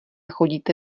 chodíte